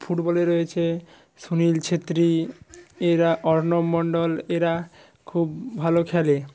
ফুটবলে রয়েছে সুনীল ছেত্রি এরা অর্ণব মন্ডল এরা খুব ভালো খেলে